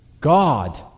God